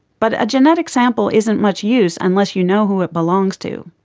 but a genetic sample isn't much use unless you know who belongs to.